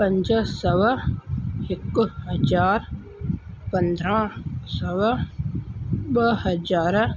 पंज सौ हिकु हज़ार पंद्रहं सौ ॿ हज़ार